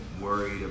worried